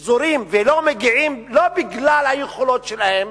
פזורים, ולא מגיעים, לא בגלל היכולות שלהם